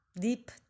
deep